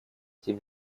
тем